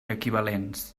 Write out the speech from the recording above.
equivalents